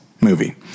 movie